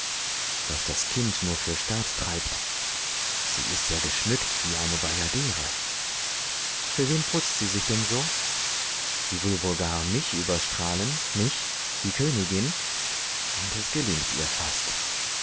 was das kind nur für staat treibt sie ist ja geschmückt wie eine bajadere für wen putzt sie sich denn so sie will wohl gar mich überstrahlen mich die königin und es gelingt ihr fast